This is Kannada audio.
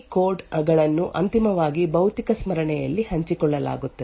ಈಗ ಕಾಪಿ ಆನ್ ರೈಟ್ ಪರಿಣಾಮವಾಗಿ ಲೈಬ್ರರಿ ಕೋಡ್ ಗಳನ್ನು ಅಂತಿಮವಾಗಿ ಭೌತಿಕ ಸ್ಮರಣೆಯಲ್ಲಿ ಹಂಚಿಕೊಳ್ಳಲಾಗುತ್ತದೆ